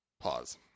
Pause